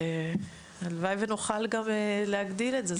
הלוואי ונוכל גם להגדיל את זה,